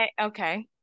Okay